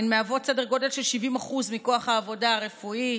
הן מהוות סדר גודל של 70% מכוח העבודה הרפואי,